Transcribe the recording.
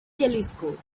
telescope